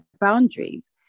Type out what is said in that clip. boundaries